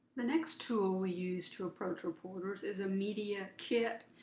the next tool we use to approach reporters is a media kit.